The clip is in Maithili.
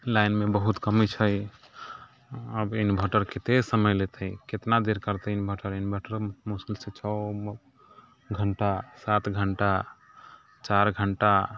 लाइनमे बहुत कमी छै अब इन्भर्टर कतेक समय लेतै कतना देर करतै इन्भर्टर इन्भर्टरो मुश्किलसँ छओ घण्टा सात घण्टा चारि घण्टा